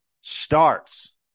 starts